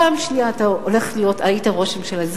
פעם שנייה היית ראש ממשלה,